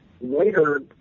later